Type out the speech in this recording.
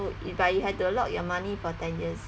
put but you have to lock your money for ten years